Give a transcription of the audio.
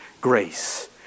grace